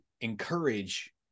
encourage